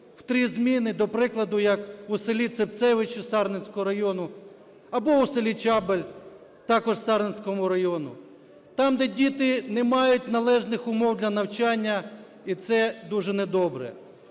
в три зміни. До прикладу, як в селі Цепцевичі Сарненського району або у селі Чабель також Сарненського району. Там, де діти не мають належних умов для навчання, і це дуже недобре.